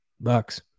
Bucks